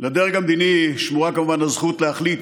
לדרג המדיני שמורה כמובן הזכות להחליט,